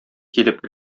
килеп